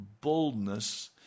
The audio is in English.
boldness